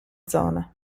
zona